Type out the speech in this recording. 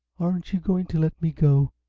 aren't you going to let me go?